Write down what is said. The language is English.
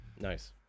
Nice